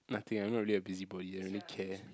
nothing I'm not really a busybody I don't really care